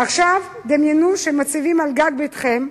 עכשיו דמיינו שמציבים על גג ביתכם,